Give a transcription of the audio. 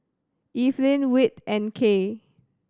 Evelin Whit and Kaye